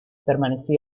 permanecí